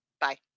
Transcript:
Bye